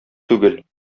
түгел